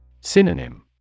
Synonym